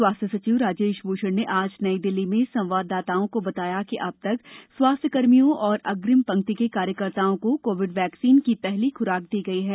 स्वोस्य्वर सचिव राजेश भूषण ने आज नई दिल्ली में संवाददाताओं को बताया कि अब तक स्वामस्य्का कर्मियों और अग्रिम पंक्ति के कार्यकर्ताओं को कोविड वैक्सीन की पहली खुराक दी गई है